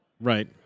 Right